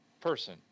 person